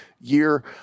year